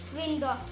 window